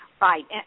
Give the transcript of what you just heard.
Right